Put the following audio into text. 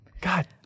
God